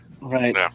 Right